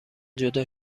جدا